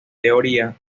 teoría